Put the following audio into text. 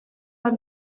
bat